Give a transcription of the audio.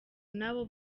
n’abo